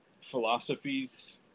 philosophies